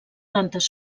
plantes